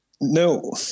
No